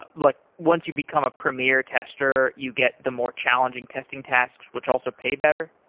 but like once you become a premier tester, you get the more challenging testing tasks, which also pay better?